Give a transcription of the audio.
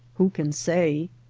who can say?